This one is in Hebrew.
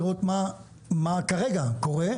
צריך לראות מה קורה כרגע,